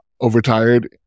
overtired